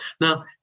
Now